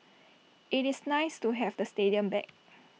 IT is nice to have the stadium back